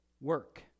work